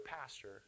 pastor